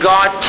God